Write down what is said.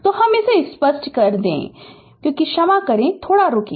तो हम इसे स्पष्ट कर दें क्योंकि क्षमा करें बस रुकिए